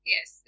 Yes